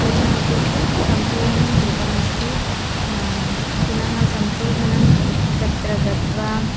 तेन अपि किं संशोधनं कृतमस्ति पुनः संशोधनं तत्र गत्वा